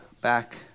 back